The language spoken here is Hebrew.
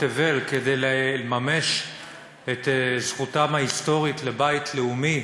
תבל כדי לממש את זכותם ההיסטורית לבית לאומי